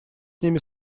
ними